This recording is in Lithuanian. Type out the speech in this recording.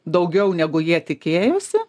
daugiau negu jie tikėjosi